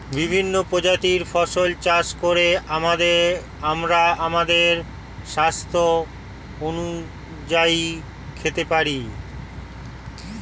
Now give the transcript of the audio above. বিভিন্ন প্রজাতির ফসল চাষ করে আমরা আমাদের স্বাস্থ্য অনুযায়ী খেতে পারি